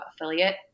affiliate